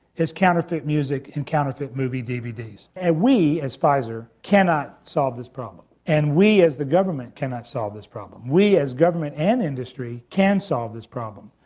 as counterfeit music and counterfeit movie dvds. and we at pfizer cannot solve this problem and we as the government cannot solve this problem. we as government and industry can solve this problem,